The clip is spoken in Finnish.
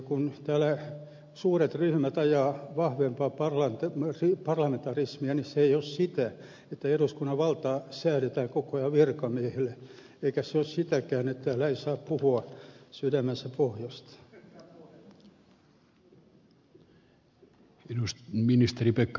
kun täällä suuret ryhmät ajavat vahvempaa parlamentarismia niin se ei ole sitä että eduskunnan valtaa säädetään koko ajan virkamiehille eikä se ole sitäkään että täällä ei saa puhua sydämensä pohjasta